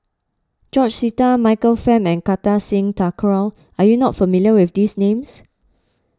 George Sita Michael Fam and Kartar Singh Thakral are you not familiar with these names